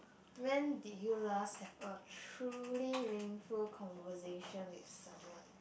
when did you last have a truly meaningful conversation with someone